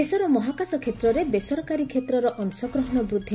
ଦେଶର ମହାକାଶ କ୍ଷେତ୍ରରେ ବେସରକାରୀ କ୍ଷେତ୍ରର ଅଂଶଗ୍ରହଣ ବୃଦ୍ଧି